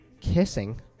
kissing